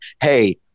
Hey